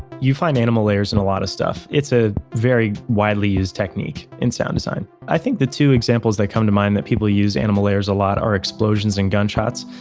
you find animal layers in a lot of stuff, it's a very widely used technique in sound design i think the two examples that come to mind that people use animal layers a lot are explosions and gunshots.